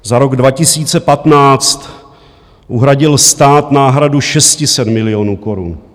Za rok 2015 uhradil stát náhradu 600 milionů korun.